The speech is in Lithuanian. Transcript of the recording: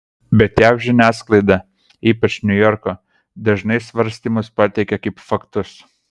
bet jav žiniasklaida ypač niujorko dažnai svarstymus pateikia kaip faktus